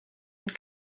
and